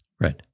Right